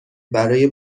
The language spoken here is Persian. برای